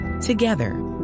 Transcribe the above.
Together